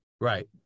Right